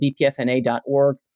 BPFNA.org